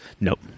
Nope